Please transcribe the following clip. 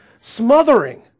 smothering